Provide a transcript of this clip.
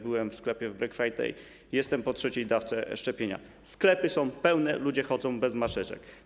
Byłem w sklepie w Black Friday, jestem po trzeciej dawce szczepionki - sklepy są pełne, ludzie chodzą bez maseczek.